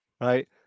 right